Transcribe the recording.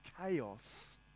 chaos